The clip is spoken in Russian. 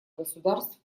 государств